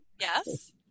Yes